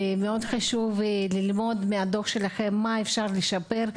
מאוד חשוב ללמוד מהדו"ח שלכם מה אפשר לשפר,